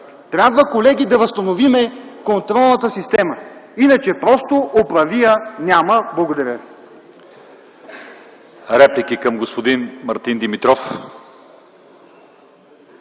трябва да възстановим контролната система, иначе просто оправия няма. Благодаря.